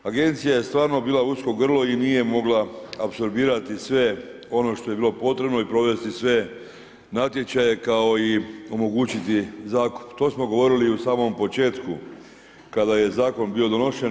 Agencija je stvarno bila usko grlo i nije mogla apsorbirati sve ono što je bilo potrebno i provesti sve natječaje kao i omogućiti zakup, to smo govorili u samom početku kada je zakon bio donošen.